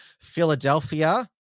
Philadelphia